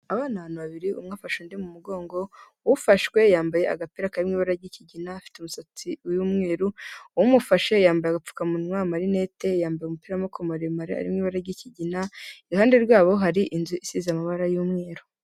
Abana babiri umwe afashe undi mu mugongo, ufashwe yambaye agapira kari mu ibara ry’ikigina afite umusatsi w'umweru, umufashe yambaye agapfukamunwa n’amarinete yambaye umupira w’amaboko maremare arimo ibar ry’ikigina, iruhande rwabo hari inzu isize amabara y'umweru.